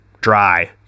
dry